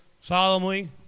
solemnly